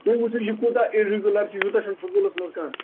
تُہۍ وُچھِو یہِ کوٗتاہ چھُ اِریگیٛوٗلر چھُ یوٗتاہ چھُ نہٕ سکوٗلس منٛز کانٛہہ